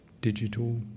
digital